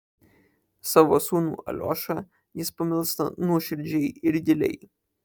savo sūnų aliošą jis pamilsta nuoširdžiai ir giliai